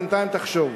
ובינתיים תחשוב.